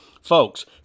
Folks